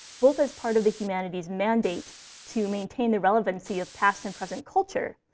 both as part of the humanities' mandate to maintain the relevancy of past and present culture,